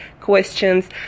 questions